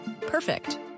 Perfect